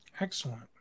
Excellent